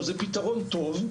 זה פתרון טוב,